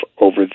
over